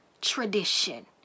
tradition